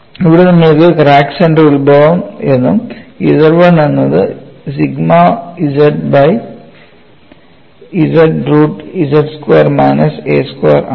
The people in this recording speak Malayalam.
ഇവിടെ നിങ്ങൾക്ക് ക്രാക്ക് സെന്റർ ഉത്ഭവം എന്നും Z 1 എന്നത് sigma z by z root z square minus a square ആണ്